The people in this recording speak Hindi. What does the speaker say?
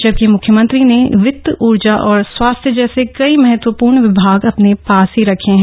जबकि म्ख्यमंत्री ने वित ऊर्जा और स्वास्थ्य जैसे कई महत्वपूर्ण विभाग अपने पास ही रखे हैं